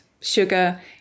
sugar